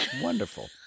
Wonderful